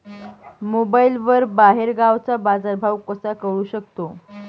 मोबाईलवर बाहेरगावचा बाजारभाव कसा कळू शकतो?